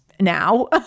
Now